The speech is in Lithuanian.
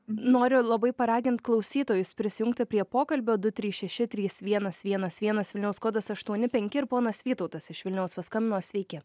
noriu labai paragint klausytojus prisijungti prie pokalbio du trys šeši trys vienas vienas vienas vilniaus kodas aštuoni penki ir ponas vytautas iš vilniaus paskambino sveiki